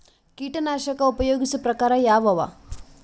ಕೀಟನಾಶಕ ಉಪಯೋಗಿಸೊ ಪ್ರಕಾರ ಯಾವ ಅವ?